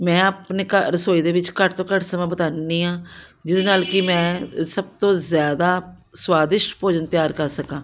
ਮੈਂ ਆਪਣੇ ਘਰ ਰਸੋਈ ਦੇ ਵਿੱਚ ਘੱਟ ਤੋਂ ਘੱਟ ਸਮਾਂ ਬਿਤਾਉਂਦੀ ਹਾਂ ਜਿਹਦੇ ਨਾਲ ਕਿ ਮੈਂ ਸਭ ਤੋਂ ਜ਼ਿਆਦਾ ਸਵਾਦਿਸ਼ਟ ਭੋਜਨ ਤਿਆਰ ਕਰ ਸਕਾਂ